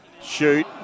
Shoot